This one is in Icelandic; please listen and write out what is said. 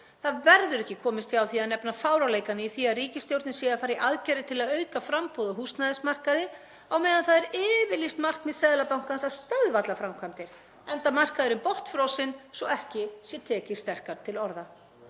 Svo verður ekki komist hjá því að nefna að fáránleikann í því að ríkisstjórnin sé að fara í aðgerðir til að auka framboð á húsnæðismarkaði, á meðan það er yfirlýst markmið Seðlabankans að stöðva allar framkvæmdir, enda markaðurinn botnfrosinn svo ekki sé tekið sterkar til orða.